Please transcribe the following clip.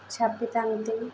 ଛାପିଥାନ୍ତି